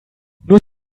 nur